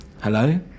Hello